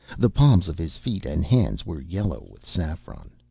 the palms of his feet and hands were yellow with saffron.